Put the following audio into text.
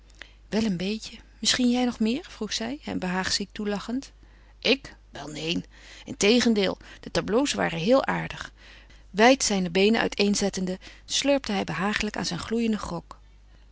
wel een beetje misschien jij nog meer vroeg zij hem behaagziek toelachend ik wel neen integendeel de tableaux waren heel aardig wijd zijne beenen uit-een zettende slurpte hij behagelijk aan zijn gloeienden grog